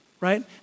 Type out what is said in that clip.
Right